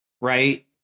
right